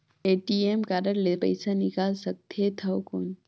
ATM card ले पइसा निकाल सकथे थव कौन?